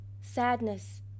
sadness